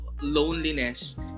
loneliness